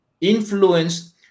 influence